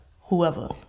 whoever